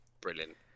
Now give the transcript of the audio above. brilliant